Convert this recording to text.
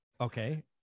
Okay